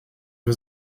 was